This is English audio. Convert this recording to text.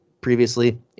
previously